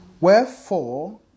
Wherefore